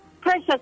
Precious